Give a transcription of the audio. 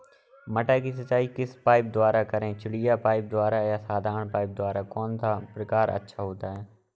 मटर की सिंचाई किस पाइप द्वारा करें चिड़िया पाइप द्वारा या साधारण पाइप द्वारा कौन सा प्रकार अच्छा होता है?